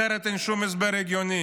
אחרת אין שום הסבר הגיוני.